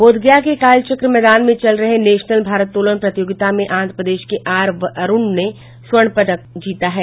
बोधगया के कालचक्र मैदान में चल रहे नेशनल भारोत्तोलन प्रतियोगिता में आंध्रप्रदेश के आर अरूण ने स्वर्ण पदक पर कब्जा जमा लिया है